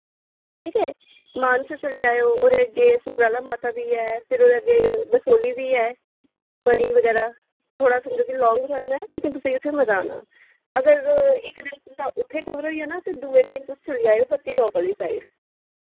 ठीक ऐ मानसर चली जाओ ओह्दे अग्गे सुकराला माता बी ऐ फिर ओह्दे अग्गे बसोली बी ऐ बनी बगैरा थोह्ड़ा तुं'दे लेई लॉंग होना ऐ लेकिन तुसेंई उत्थै मजा आना अगर इक दिन तुं'दा उत्थै कवर होई जाना ते दुए दिन तुस चली जाओ पत्नीटॉप आह्ली साइड